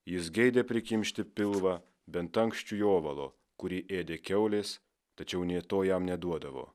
jis geidė prikimšti pilvą bent ankščių jovalo kurį ėdė kiaulės tačiau nei to jam neduodavo